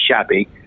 shabby